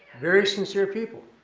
very sincere people.